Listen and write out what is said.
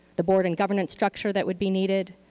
the board and governance structure that would be needed,